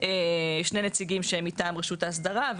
שני נציגים מטעם רשות האסדרה.